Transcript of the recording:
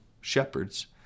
shepherds